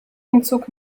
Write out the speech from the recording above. umzug